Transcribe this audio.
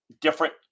Different